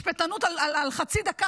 משפטנות על חצי דקה,